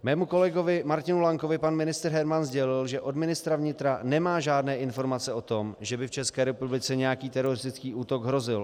Mému kolegovi Martinu Lankovi pan ministr Herman sdělil, že od ministra vnitra nemá žádné informace o tom, že by v České republice nějaký teroristický útok hrozil.